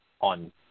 on